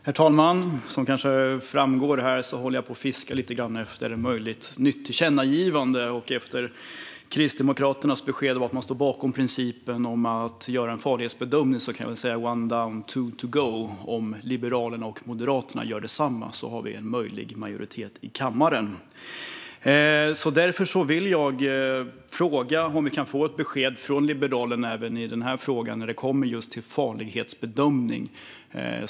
Herr talman! Som kanske framgår håller jag på och fiskar lite grann efter ett möjligt nytt tillkännagivande. Efter Kristdemokraternas besked om att man står bakom principen om att göra en farlighetsbedömning kan jag säga "one down, two to go" - om Liberalerna och Moderaterna gör detsamma har vi en möjlig majoritet i kammaren. Därför vill jag fråga om vi kan få ett besked från Liberalerna även i frågan om farlighetsbedömning.